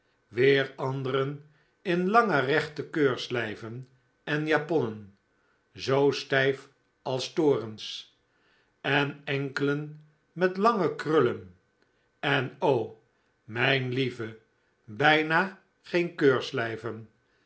weer anderen in lange rechte keurslijven en japonnen zoo stijf als torens en enkelen met lange krullen en o mijn lieve bijna geen